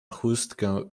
chustkę